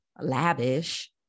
Lavish